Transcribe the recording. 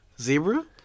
Zebra